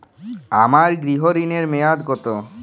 আমার গৃহ ঋণের মেয়াদ কত?